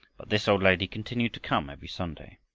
but this old lady continued to come every sunday.